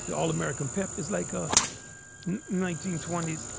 yeah all american pep is like a nineteen twenty s.